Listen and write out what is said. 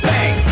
Bang